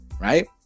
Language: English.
right